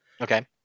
Okay